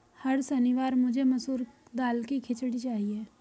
हर शनिवार मुझे मसूर दाल की खिचड़ी चाहिए